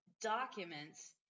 documents